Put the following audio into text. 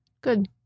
good